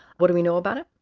what do we know about it?